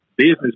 Business